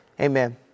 amen